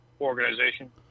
organization